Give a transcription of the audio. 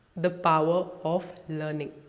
the power of learning.